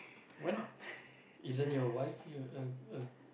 why not isn't your wife you~ uh uh